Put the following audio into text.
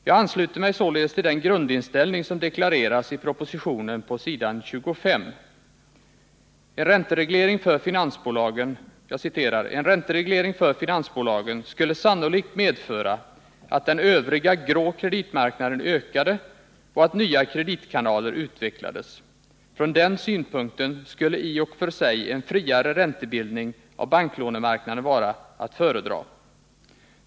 Jag ansluter mig således till den grundinställning som deklareras i propositionen på s. 25: ”En räntereglering för finansbolagen skulle sannolikt medföra att den övriga grå kreditmarknaden ökade och att nya kreditkanaler utvecklades. Från den synpunkten skulle i och för sig en friare räntebildning på banklånemarknaden vara att föredra.